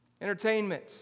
entertainment